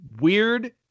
weird